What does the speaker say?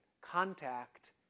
contact